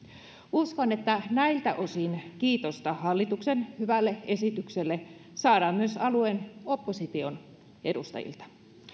uskon että näiltä osin kiitosta hallituksen hyvälle esitykselle saadaan myös alueen opposition edustajilta